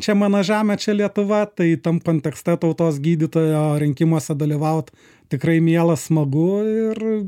čia mano žemė čia lietuva tai tam kontekste tautos gydytojo rinkimuose dalyvaut tikrai miela smagu ir